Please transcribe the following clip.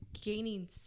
gaining